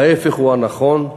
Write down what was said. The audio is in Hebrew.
ההפך הוא הנכון.